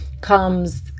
comes